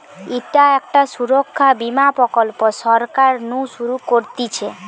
ইটা একটা সুরক্ষা বীমা প্রকল্প সরকার নু শুরু করতিছে